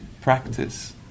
practice